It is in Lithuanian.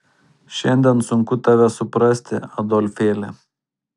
šiandien sunku tave suprasti adolfėli